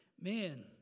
man